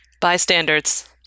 Bystanders